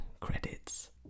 credits